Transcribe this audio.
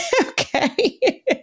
Okay